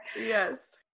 Yes